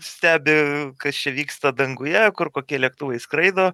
stebi kas čia vyksta danguje kur kokie lėktuvai skraido